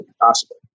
possible